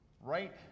right